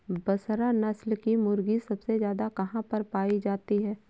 बसरा नस्ल की मुर्गी सबसे ज्यादा कहाँ पर पाई जाती है?